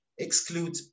exclude